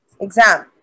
exam